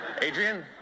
Adrian